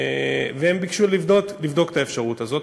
והם ביקשו לבדוק את האפשרות הזאת.